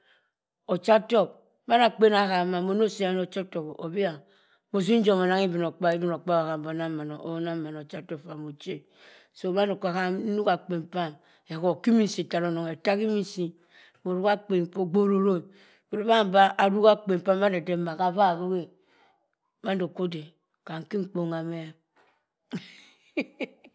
Ochatok mada akpen aharr mah mono siyan achi otok o? Abi ah, mosi njom onang ibinokpabi e ibinokpabi oham onang mina ocha tok ffa mochi e. sinaughi akpen pam, ehorr kiminsi tara onong ettah kiminshi. Moruk akpen paa pgbe ororo e. Ohuri beh aben be aruk akpen pah madinden ma ho avaa ruke. Mando kwa ode e. Gham khinkpon gha meh e.